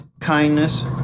kindness